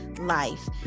life